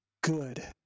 good